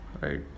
right